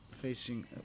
facing